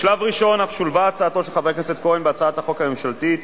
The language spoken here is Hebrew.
בשלב ראשון אף שולבה הצעתו של חבר הכנסת כהן בהצעת החוק הממשלתית